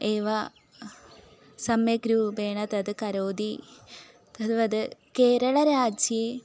एव सम्यग्रूपेण तद् करोति तद्वद् केरळराज्ये